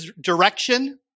direction